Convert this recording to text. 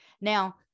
Now